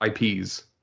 IPs